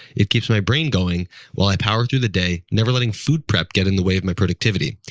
it keeps my brain going while i power through the day, never letting food prep get in the way of my productivity.